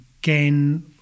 again